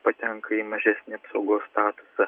patenka į mažesnį apsaugos statusą